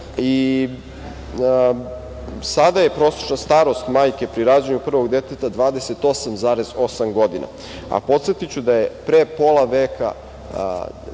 Sada je prosečna starost majke pri rađanju prvog deteta 28,8 godina. Podsetiću da je pre pola veka